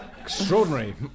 Extraordinary